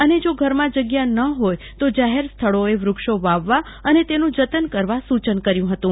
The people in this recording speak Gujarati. અને જો ઘરમાં જગ્યા ન હોય તો જાહેર સ્થળોએ વૃક્ષો વાવવા અને તેનું જતન કરવા સુચન કર્યું હતું